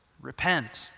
Repent